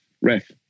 ref